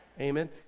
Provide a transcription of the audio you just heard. amen